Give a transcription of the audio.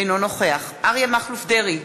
אינו נוכח אריה מכלוף דרעי,